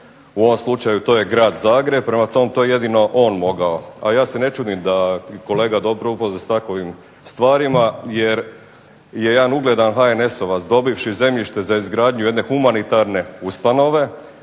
u ovom slučaju to je Grad Zagreb. Prema tome, to je jedino on mogao. A ja se ne čudim da je kolega dobro upoznat s takovim stvarima jer je jedan ugledan HNS-ovac dobivši zemljište za izgradnju jedne humanitarne ustanove